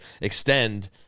extend